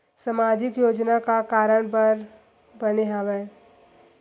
सामाजिक योजना का कारण बर बने हवे?